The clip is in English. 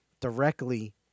directly